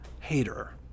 hater